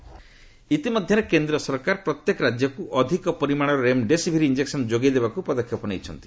remdesivir ଇତିମଧ୍ୟରେ କେନ୍ଦ୍ର ସରକାର ପ୍ରତ୍ୟେକ ରାଜ୍ୟକ୍ତ ଅଧିକ ପରିମାଣର ରେମ୍ଡେସିଭିର୍ ଇଞ୍ଜେକୁନ ଯୋଗାଇ ଦେବାକ୍ ପଦକ୍ଷେପ ନେଇଛନ୍ତି